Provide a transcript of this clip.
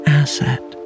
asset